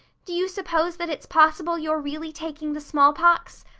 do you suppose that it's possible you're really taking the smallpox?